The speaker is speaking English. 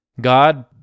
God